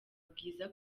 bwiza